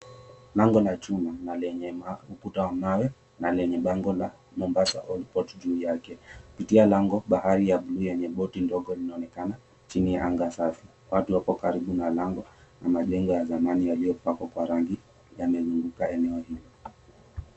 Lango ka chuma, na lenye ukuta wa mawe, na lenye bango la Mombasa old port juu yake. Kupitia lango, bahari ya buluu yenye boti ndogo linaonekana chini ya anga safi. Watu wako karibu na lango na majengo ya zamani yaliyopakwa kwa rangi yamezunguka eneo hilo.